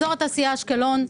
אזור התעשייה אשקלון,